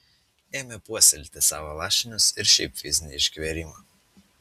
ėmė puoselėti savo lašinius ir šiaip fizinį išgverimą